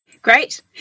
Great